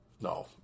No